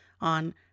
on